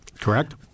Correct